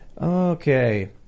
okay